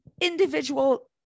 individual